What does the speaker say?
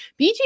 BG